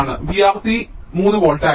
V R 3 volt ആയിരിക്കും